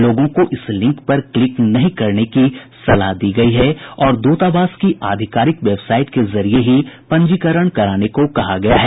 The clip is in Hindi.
लोगों को इस लिंक पर क्लिक न करने की सलाह दी गई है और दूतावास की आधिकारिक वेबसाइट के जरिये ही पंजीकरण कराने को कहा है